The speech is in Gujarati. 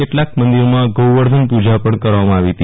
કેટલાક મંદિરોમાં ગૌવર્ધન પુજા કરવામાં આવી હતી